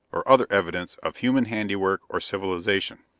or other evidence of human handiwork or civilization.